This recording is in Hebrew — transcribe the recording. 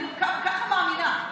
כך אני מאמינה.